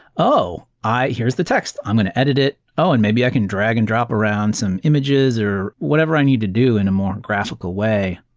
oh! here is the text. i'm going to edit it. oh, and maybe i can drag and drop around some images or whatever i need to do in a more graphical way.